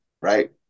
right